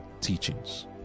teachings